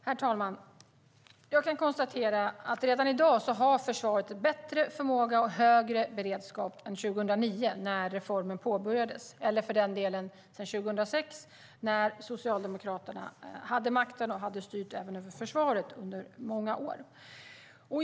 Herr talman! Jag kan konstatera att i dag har försvaret bättre förmåga och högre beredskap än 2009, när reformen påbörjades, eller för den delen 2006, när Socialdemokraterna hade makten och hade styrt även över försvaret under många år.